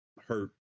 hurt